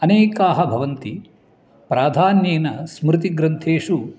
अनेकाः भवन्ति प्राधान्येन स्मृतिग्रन्थेषु